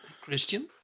christian